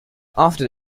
after